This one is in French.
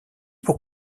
pour